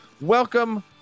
welcome